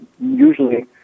usually